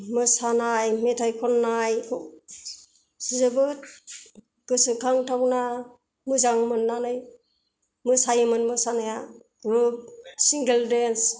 मोसानाय मेथाइ खन्नाय जोबोद गोसोखांनाथावना मोजां मोननानै मोसायोमोन मोसानाया ग्रुप सिंगेल डेन्स